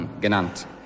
genannt